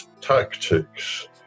tactics